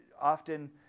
often